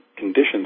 conditions